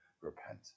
repent